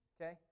Okay